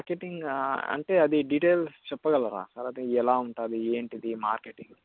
marketing అంటే అది details చెప్పగలరా సార్ అది ఎలా ఉంటుంది ఏంటి అది మార్కెటింగ్